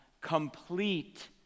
complete